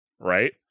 right